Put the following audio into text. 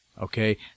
okay